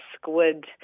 squid